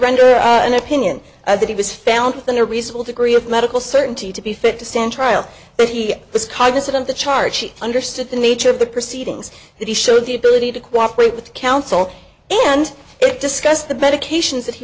render an opinion that he was found within a reasonable degree of medical certainty to be fit to stand trial but he was cognizant of the charge she understood the nature of the proceedings that he showed the ability to cooperate with counsel and it discussed the medications that he